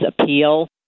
appeal